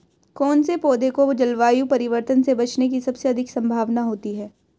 कौन से पौधे को जलवायु परिवर्तन से बचने की सबसे अधिक संभावना होती है?